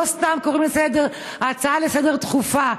לא סתם קוראים לזה "הצעה דחופה לסדר-היום",